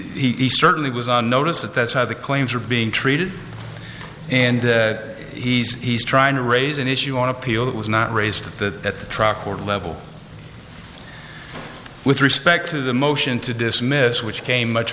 the he certainly was on notice that that's how the claims are being treated and he's he's trying to raise an issue on appeal that was not raised at the at the truck or level with respect to the motion to dismiss which came much